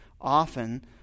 often